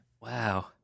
Wow